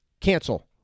Cancel